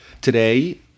Today